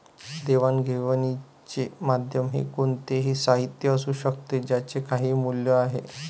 देवाणघेवाणीचे माध्यम हे कोणतेही साहित्य असू शकते ज्याचे काही मूल्य आहे